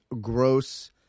gross